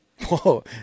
Whoa